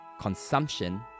consumption